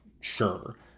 sure